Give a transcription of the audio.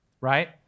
right